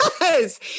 Yes